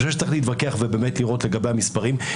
אני חושב שצריך להתווכח ולראות לגבי המספרים.